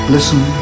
Listen